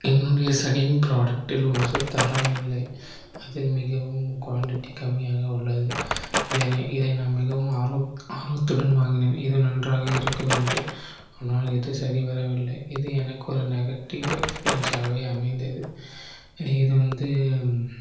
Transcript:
என்னுடைய செகண்ட் பிராடக்ட்டில் ஒரு தரம் இல்லை அதில் மிகவும் குவான்டிட்டி கம்மியாக உள்ளது இதனை இதை நான் மிகவும் ஆர்வத் ஆர்வத்துடன் வாங்கினேன் இது நன்றாக இருக்கும் என்று ஆனால் இது சரிவரவில்லை இது எனக்கு ஒரு நெகட்டிவ் எக்ஸ்பீரியன்ஸாகவே அமைந்தது இது வந்து